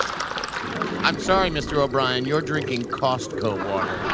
i'm sorry, mr. o'brien. you're drinking costco water.